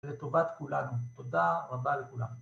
לטובת כולנו. תודה רבה לכולנו.